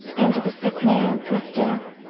and the sick man, whose death,